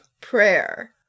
Prayer